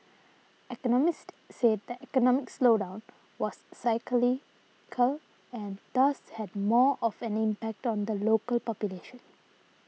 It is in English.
economists said that economic slowdown was cyclical and thus had more of an impact on the local population